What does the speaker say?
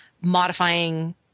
modifying